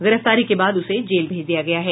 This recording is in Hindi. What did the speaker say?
गिरफ्तारी के बाद उसे जेल भेज दिया गया है